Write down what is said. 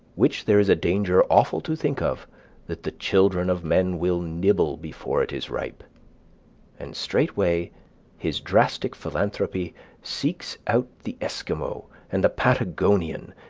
which there is danger awful to think of that the children of men will nibble before it is ripe and straightway his drastic philanthropy seeks out the esquimau and the patagonian,